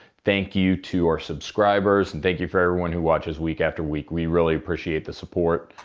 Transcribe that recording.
thank you to our subscribers. and thank you for everyone who watches week after week. we really appreciate the support.